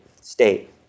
state